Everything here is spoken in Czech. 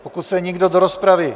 Pokud se nikdo do rozpravy...